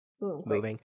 Moving